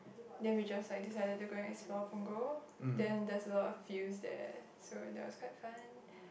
then we just like decided to go and explore Punggol then there's a lot of fields there so that was quite fun